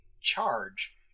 charge